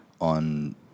on